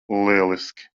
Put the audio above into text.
lieliski